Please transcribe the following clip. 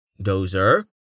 Dozer